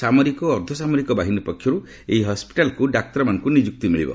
ସାମରିକ ଓ ଅର୍ଦ୍ଧସାମରିକ ବାହିନୀ ପକ୍ଷରୁ ଏହି ହସ୍ପିଟାଲକୁ ଡାକ୍ତରମାନଙ୍କୁ ନିଯୁକ୍ତି ମିଳିବ